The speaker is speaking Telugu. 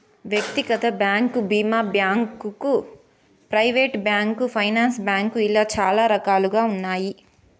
వ్యక్తిగత బ్యాంకు భీమా bank, private bank, finance bank ఇలా చాలా రకాలుగా ఉన్నాయి